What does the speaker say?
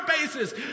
basis